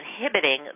inhibiting